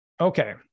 Okay